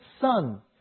son